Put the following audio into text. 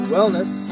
Wellness